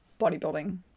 bodybuilding